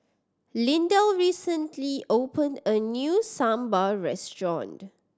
Lydell recently opened a new Sambar restaurant